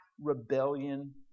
rebellion